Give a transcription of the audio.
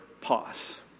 pause